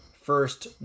first